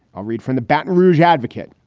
i'll read from the baton rouge advocate.